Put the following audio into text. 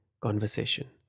conversation